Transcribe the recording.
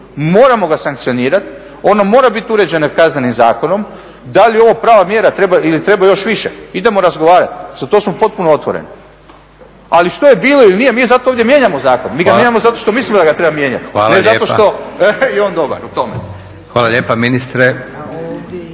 moramo ga sankcionirati, ono mora biti uređeno Kaznenim zakonom, da li je ovo prava mjera ili treba još više, idemo razgovarati, za to smo potpuno otvoreni. Ali što je bilo ili nije, mi zato ovdje mijenjamo zakon. Mi ga mijenjamo zato što mislimo da ga treba mijenjati. **Leko, Josip (SDP)** Hvala lijepa ministre.